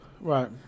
Right